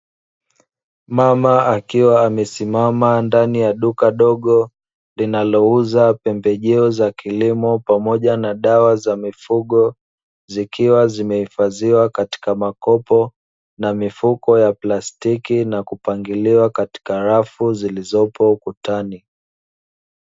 Mama akiwa amesimama ndani ya duka dogo, linalouza pembejeo za kilimo pamoja na dawa za mifugo, zikiwa zimehifadhiwa katika makopo na mifuko ya plastiki na kupangiliwa katika rafu zilizopo ukutani.